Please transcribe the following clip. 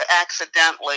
accidentally